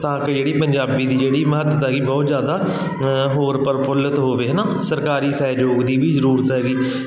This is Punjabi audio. ਤਾਂ ਕਿ ਜਿਹੜੀ ਪੰਜਾਬੀ ਦੀ ਜਿਹੜੀ ਮਹੱਤਤਾ ਗੀ ਬਹੁਤ ਜ਼ਿਆਦਾ ਹੋਰ ਪ੍ਰਫੁਲਿਤ ਹੋਵੇ ਹੈ ਨਾ ਸਰਕਾਰੀ ਸਹਿਯੋਗ ਦੀ ਵੀ ਜ਼ਰੂਰਤ ਹੈਗੀ